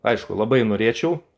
aišku labai norėčiau